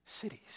cities